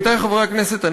עמיתי חברי הכנסת,